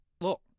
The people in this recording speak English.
Look